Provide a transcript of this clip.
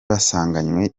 basanganywe